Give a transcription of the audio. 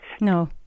No